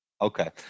Okay